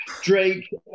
Drake